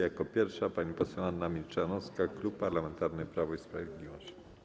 Jako pierwsza pani poseł Anna Milczanowska, Klub Parlamentarny Prawo i Sprawiedliwość.